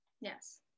Yes